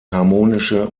harmonische